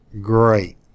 great